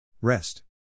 Rest